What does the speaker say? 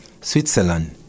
Switzerland